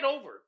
over